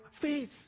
faith